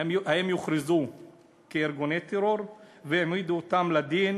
האם יוכרזו כארגוני טרור ויעמידו אותם לדין